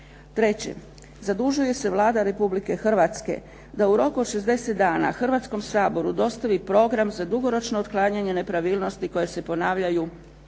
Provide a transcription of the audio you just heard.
Treće, zadužuje se Vlada Republike Hrvatske da u roku od 60 dana Hrvatskom saboru dostavi program za dugoročno otklanjanje nepravilnosti koje se ponavljaju, a utvrđene